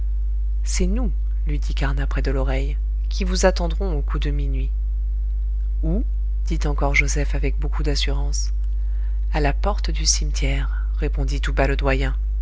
c'est nous lui dit carnat près de l'oreille qui vous attendrons au coup de minuit où dit encore joseph avec beaucoup d'assurance à la porte du cimetière répondit tout bas le doyen